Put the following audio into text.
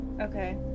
Okay